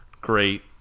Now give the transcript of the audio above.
great